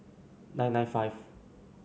nine nine five